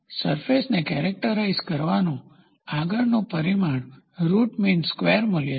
સરફેસને કેરેક્ટરાઇઝ કરવાનું આગળનું પરિમાણ રૂટ મીન સ્ક્વેર મૂલ્ય છે